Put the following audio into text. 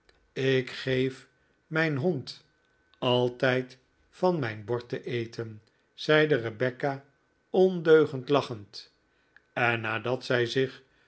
ik geef mijn hond altijd van mijn bord te eten zeide rebecca ondeugend lachend en nadat zij zich